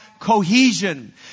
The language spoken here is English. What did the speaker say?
Cohesion